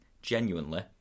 Genuinely